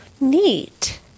neat